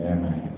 Amen